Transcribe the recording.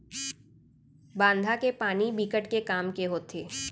बांधा के पानी बिकट के काम के होथे